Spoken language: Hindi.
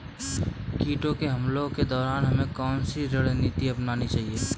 कीटों के हमलों के दौरान हमें कौन सी रणनीति अपनानी चाहिए?